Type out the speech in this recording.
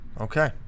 Okay